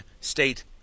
state